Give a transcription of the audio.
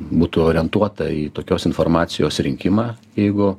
būtų orientuota į tokios informacijos rinkimą jeigu